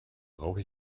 brauche